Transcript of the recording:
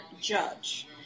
judge